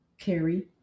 carry